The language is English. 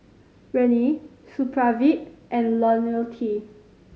Rene Supravit and Lonil T